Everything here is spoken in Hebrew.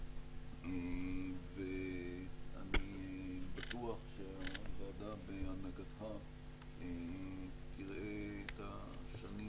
ואני בטוח שהוועדה בהנהגתך תראה את השנים